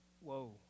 whoa